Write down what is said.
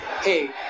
Hey